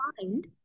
find